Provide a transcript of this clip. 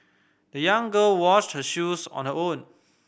the young girl washed her shoes on her own